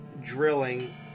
drilling